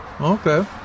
Okay